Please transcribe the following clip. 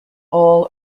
all